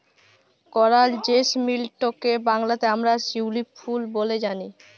করাল জেসমিলটকে বাংলাতে আমরা শিউলি ফুল ব্যলে জানি